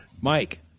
Mike